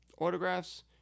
autographs